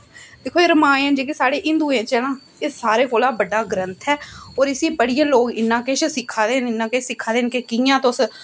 दिक्खो रामायण जेह्की साड़ी हिन्दुऐं च एह् सारे कोला बड़ा ग्रन्थ ऐ होऱ इस्सी पढ़ियै लोक इन्ना किश सिक्खा दे न इन्ना किश सिक्खा दे न कि कि'यां तुस